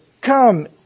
come